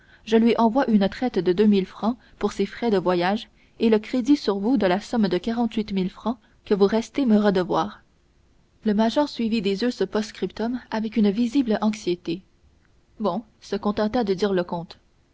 je lui envoie une traite de deux mille francs pour ses frais de voyage et le crédit sur vous de la somme de quarante-huit mille francs que vous restez me redevoir le major suivit des yeux ce post-scriptum avec une visible anxiété bon se contenta de dire le comte